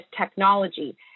technology